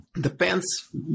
depends